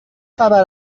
خبر